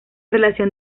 relación